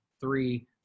three